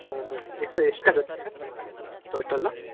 ಹೌದಾ ಎಷ್ಟು ಎಷ್ಟು ಆಗುತ್ತೆ ಸರ್ ಟೋಟಲ್ಲು